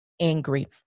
angry